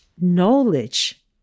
knowledge